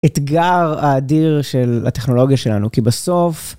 אתגר האדיר של הטכנולוגיה שלנו, כי בסוף...